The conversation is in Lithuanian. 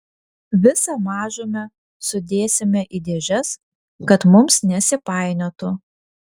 visą mažumę sudėsime į dėžes kad mums nesipainiotų